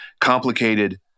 complicated